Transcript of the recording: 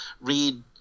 read